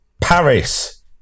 Paris